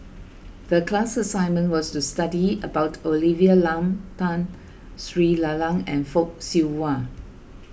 the class assignment was to study about Olivia Lum Tun Sri Lanang and Fock Siew Wah